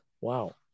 Wow